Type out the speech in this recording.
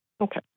Okay